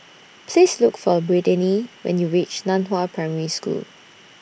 Please Look For Brittani when YOU REACH NAN Hua Primary School